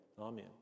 amen